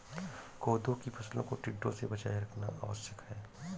कोदो की फसलों को टिड्डों से बचाए रखना आवश्यक है